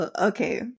okay